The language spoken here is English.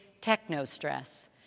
techno-stress